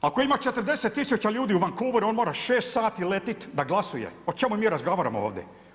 Ako ima 40 000 ljudi u Vancouveru, on mora 6 sati letiti da glasuje, o čemu mi razgovaramo ovdje?